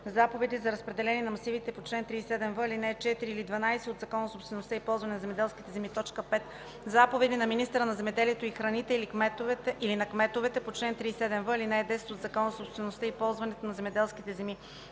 заповеди за разпределение на масивите по чл. 37в, ал. 4 или 12 от Закона за собствеността и ползуването на земеделските земи; 5. заповеди на министъра на земеделието и храните или на кметовете по чл. 37в, ал. 10 от Закона за собствеността и ползуването на земеделските земи;